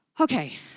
Okay